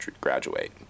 graduate